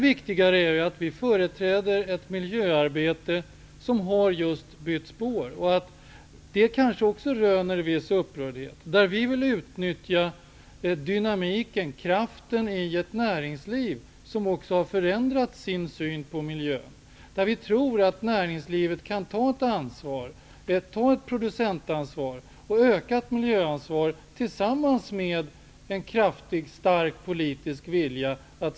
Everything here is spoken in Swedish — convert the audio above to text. Viktigare är att vi företräder ett miljöarbete som just har bytt spår -- detta kanske också röner en viss upprördhet -- vilket innebär ett utnyttjande av dynamiken och kraften i ett näringsliv som har förändrat synen på miljön. Vi tror att näringslivet, i samspel med en stark politisk vilja att sätta miljöfrågorna överst, kan ta ett ökat producentoch miljöansvar.